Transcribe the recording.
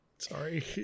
Sorry